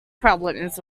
problems